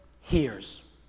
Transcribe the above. hears